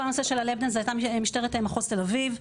הנושא של ה"לאפ דאנס" זו הייתה משטרת מחוז תל אביב.